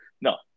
No